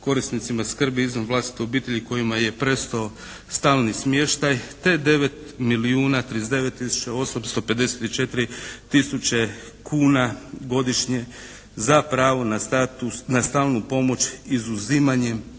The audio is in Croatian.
korisnicima skrbi izvan vlastite obitelji kojima je prestao stalni smještaj te 9 milijuna 39 tisuća 854 tisuće kuna godišnje za pravo na stalnu pomoć izuzimanjem